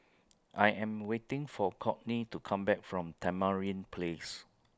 I Am waiting For Kourtney to Come Back from Tamarind Place